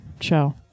show